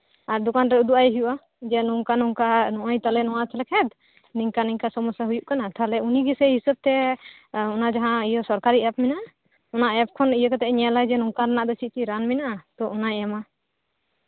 ᱟᱨ ᱫᱚᱠᱟᱱ ᱨᱮ ᱩᱫᱩᱜ ᱟᱭ ᱦᱩᱭᱩᱜᱼᱟ ᱱᱚᱝᱠᱟ ᱱᱚᱝᱠᱟ ᱱᱚᱜᱚᱭ ᱱᱚᱝᱠᱟ ᱪᱟᱥ ᱞᱮᱠᱷᱟᱱ ᱱᱤᱝᱠᱟ ᱱᱤᱝᱠᱟᱹ ᱥᱚᱢᱚᱥᱥᱟ ᱦᱩᱭᱩᱜ ᱠᱟᱱᱟ ᱛᱟᱞᱦᱮ ᱩᱱᱤ ᱜᱮᱥᱮ ᱦᱤᱥᱟᱹᱵ ᱛᱮ ᱚᱱᱟ ᱡᱟᱦᱟᱸ ᱥᱚᱨᱠᱟᱨᱤ ᱮᱯ ᱢᱮᱱᱟᱜ ᱚᱱᱟ ᱮᱯ ᱠᱷᱚᱱ ᱤᱭᱟᱹ ᱠᱟᱛᱮ ᱮᱭ ᱧᱮᱞᱟᱭ ᱡᱮ ᱱᱚᱝᱠᱟ ᱨᱮᱱᱟᱜ ᱫᱚ ᱪᱮᱫ ᱪᱮᱫ ᱨᱟᱱ ᱢᱮᱱᱟᱜᱼᱟ ᱛᱚ ᱚᱱᱟᱭ ᱮᱢᱟ